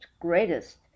greatest